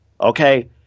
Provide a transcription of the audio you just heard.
Okay